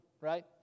right